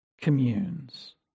communes